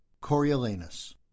coriolanus